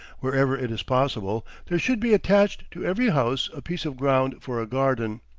wherever it is possible, there should be attached to every house a piece of ground for a garden.